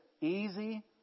Easy